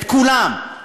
את כולם,